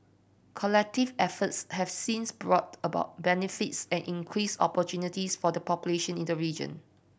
collective efforts have since brought about benefits and increased opportunities for the population in the region